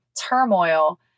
turmoil